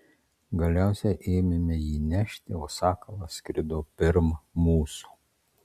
galiausiai ėmėme jį nešti o sakalas skrido pirm mūsų